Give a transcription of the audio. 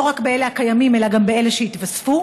לא רק אלה הקיימים אלא גם אלה שיתווספו?